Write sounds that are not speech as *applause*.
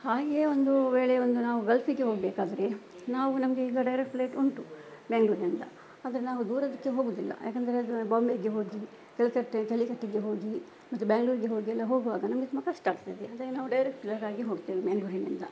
ಹಾಗೆಯೇ ಒಂದೂ ವೇಳೆ ಒಂದು ನಾವು ಗಲ್ಫಿಗೆ ಹೋಗಬೇಕಾದ್ರೆ ನಾವು ನಮಗೆ ಈಗ ಡೈರೆಕ್ಟ್ ಫ್ಲೈಟ್ ಉಂಟು ಮಂಗ್ಳೂರಿಂದ ಆದರೆ ನಾವು ದೂರೋದಕ್ಕೆ ಹೋಗೋದಿಲ್ಲ ಯಾಕೆಂದ್ರೆ ಅದು ಬಾಂಬೆಗೆ ಹೋಗಿ ಕಲ್ಕಟ್ಟೆ ಕ್ಯಾಲಿಕಟ್ಟೆಗೆ ಹೋಗಿ ಅದು ಬೆಂಗ್ಳೂರಿಗೆ ಹೋಗಿ ಎಲ್ಲ ಹೋಗುವಾಗ ನಮಗೆ ತುಂಬ ಕಷ್ಟ ಆಗ್ತದೆ ಅಂದರೆ ನಾವು ಡೈರೆಕ್ಟ್ *unintelligible* ಹೋಗ್ತೇವೆ ಮಂಗ್ಳೂರಿನಿಂದ